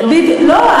לא,